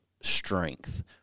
strength